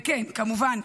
וכן כמובן,